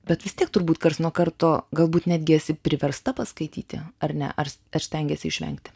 bet vis tiek turbūt karts nuo karto galbūt netgi esi priversta paskaityti ar ne ar ar stengiesi išvengti